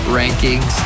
rankings